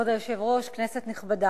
כבוד היושב-ראש, כנסת נכבדה,